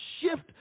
shift